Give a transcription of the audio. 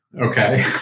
Okay